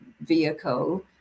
vehicle